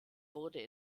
wurde